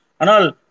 Anal